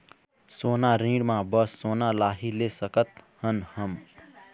सोना ऋण मा बस सोना ला ही ले सकत हन हम?